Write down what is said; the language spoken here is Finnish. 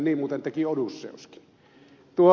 niin muuten teki odysseuskin